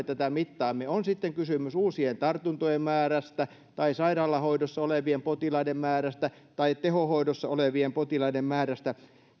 tätä mittaamme on sitten kysymys uusien tartuntojen määrästä tai sairaalahoidossa olevien potilaiden määrästä tai tehohoidossa olevien potilaiden määrästä